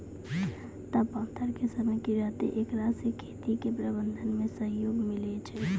तापान्तर के समय की रहतै एकरा से खेती के प्रबंधन मे सहयोग मिलैय छैय?